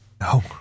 No